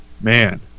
Man